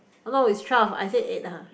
hello it's twelve I said eight ha